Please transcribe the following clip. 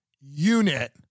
unit